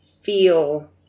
feel